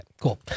cool